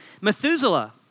Methuselah